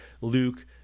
Luke